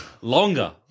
Longer